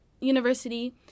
university